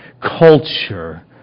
culture